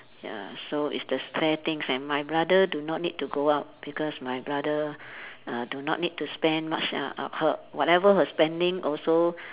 ya so it's the fair things and my brother do not need to go out because my brother uh do not need to spend much uh of her whatever her spending also